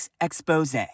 expose